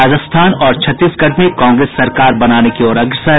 राजस्थान और छत्तीसगढ़ में कांग्रेस सरकार बनाने की ओर अग्रसर